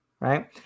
right